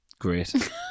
Great